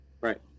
Right